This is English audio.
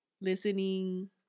listening